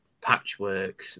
patchwork